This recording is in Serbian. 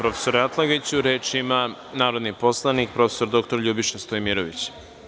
Reč ima narodni poslanik prof. dr Ljubiša Stojmirović.